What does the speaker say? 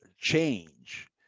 change